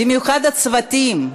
במיוחד הצוותים.